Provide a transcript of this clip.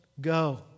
go